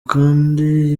kandi